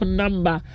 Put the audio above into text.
number